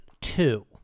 two